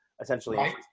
essentially